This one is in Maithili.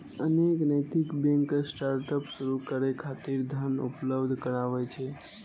अनेक नैतिक बैंक स्टार्टअप शुरू करै खातिर धन उपलब्ध कराबै छै